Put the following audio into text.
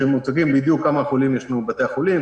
שמוצגים בדיוק כמה חולים יש לנו בבתי החולים,